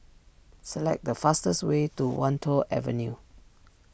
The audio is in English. select the fastest way to Wan Tho Avenue